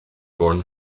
born